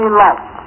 life